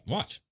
Watch